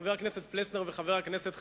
חבר הכנסת פלסנר וחבר הכנסת חסון.